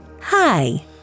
Hi